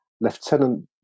Lieutenant